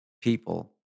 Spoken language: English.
people